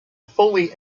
fully